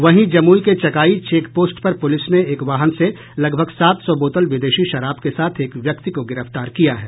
वहीं जमुई के Chakai check post पर पुलिस ने एक वाहन से लगभग सात सौ बोतल विदेशी शराब के साथ एक व्यक्ति को गिरफ्तार किया है